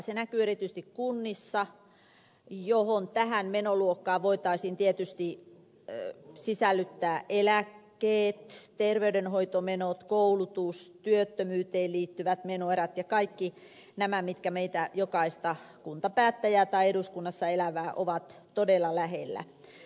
se näkyy erityisesti kunnissa joissa tähän menoluokkaan voitaisiin tietysti sisällyttää eläkkeet terveydenhoitomenot koulutus työttömyyteen liittyvät menoerät ja kaikki nämä mitkä meitä jokaista kuntapäättäjää tai eduskunnassa elävää ovat todella lähellä